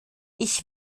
ich